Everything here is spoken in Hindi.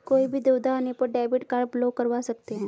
कोई भी दुविधा आने पर डेबिट कार्ड ब्लॉक करवा सकते है